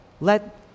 Let